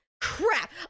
crap